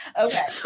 okay